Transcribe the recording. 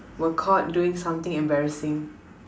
were caught doing something embarrassing